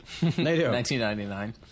1999